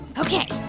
ok,